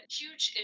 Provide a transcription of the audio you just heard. huge